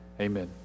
Amen